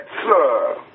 sir